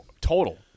total